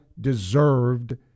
deserved